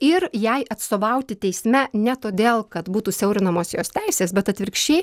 ir jai atstovauti teisme ne todėl kad būtų siaurinamos jos teisės bet atvirkščiai